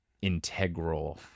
integral